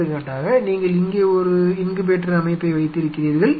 எடுத்துக்காட்டாக நீங்கள் இங்கே ஒரு இன்குபேட்டர் அமைப்பை வைத்திருக்கிறீர்கள்